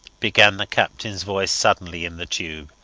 began the captains voice suddenly in the tube.